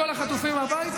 שר האוצר עובד